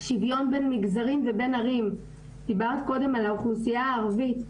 שוויון בין מגזרים ובין ערים - דיברת קודם על האוכלוסייה הערבית,